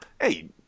hey